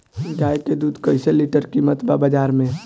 गाय के दूध कइसे लीटर कीमत बा बाज़ार मे?